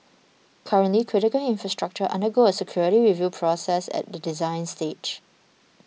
currently critical infrastructure undergo a security review process at the design stage